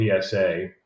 PSA